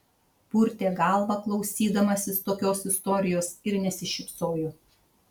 purtė galvą klausydamasis tokios istorijos ir nesišypsojo